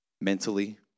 mentally